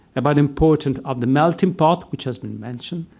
but important of the melting pot, which has been mentioned,